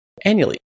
annually